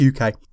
UK